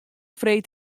freed